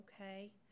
okay